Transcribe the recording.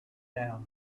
down